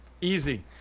Easy